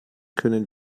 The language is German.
können